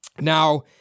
now